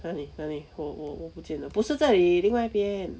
哪里哪里我我我不见了不是这里另外一边